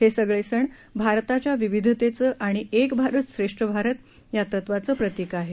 हे सगळे सण भारताच्या विविधतेचं आणि एक भारत श्रेष्ठ भारत या तत्वाचं प्रतिक आहे